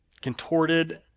contorted